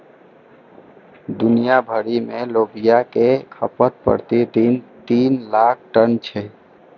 दुनिया भरि मे लोबिया के खपत प्रति दिन तीन लाख टन छै